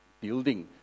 building